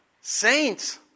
Saints